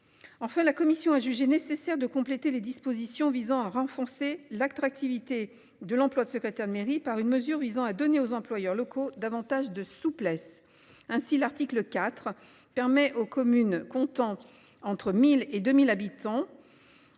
Enfin, la commission a jugé nécessaire de compléter les dispositions visant à renforcer l'attractivité de l'emploi de secrétaire de mairie par une mesure visant à donner aux employeurs locaux davantage de souplesse ainsi l'article IV permet aux communes comptant. Entre 1000 et 2000 habitants.